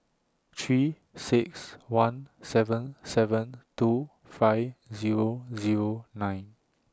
three six one seven seven two five Zero Zero nine